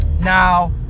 Now